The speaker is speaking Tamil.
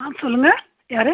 ஆ சொல்லுங்கள் யார்